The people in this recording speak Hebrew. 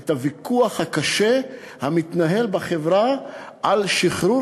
על הוויכוח הקשה המתנהל בחברה על שחרור